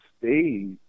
stay